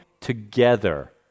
together